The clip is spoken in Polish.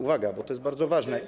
Uwaga, bo to jest bardzo ważne.